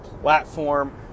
platform